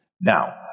Now